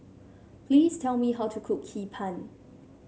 please tell me how to cook Hee Pan